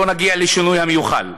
לא נגיע לשינוי המיוחל.